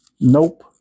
Nope